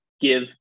give